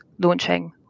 launching